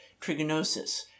trigonosis